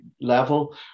level